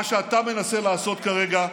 מה שאתה מנסה לעשות כרגע,